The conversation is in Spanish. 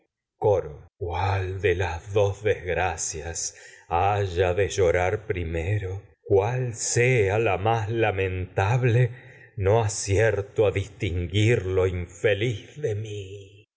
día de'hoy de las coro cuál dos desgracias haya de llorar primero cuál sea la más mí lamentable no acierto a dis a tinguirlo ta en infeliz de la